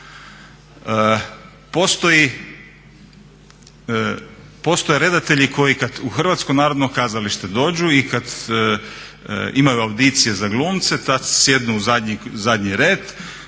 Postoje redatelji koji kad u Hrvatsko narodno kazalište dođu i kad imaju audicije za glumce tad se sjednu u zadnji red,